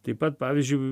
taip pat pavyzdžiui